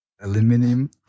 aluminum